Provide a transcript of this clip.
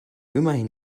immerhin